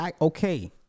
Okay